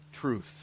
truth